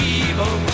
evil